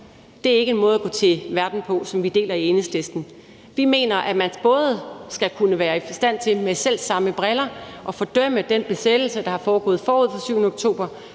Det er ikke en måde at gå til verden på, som vi deler i Enhedslisten. Vi mener, at man skal kunne være i stand til med de selv samme briller både at fordømme den besættelse, der er foregået forud for den 7. oktober,